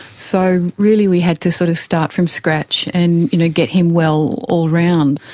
so really we had to sort of start from scratch and you know get him well all round.